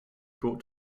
brought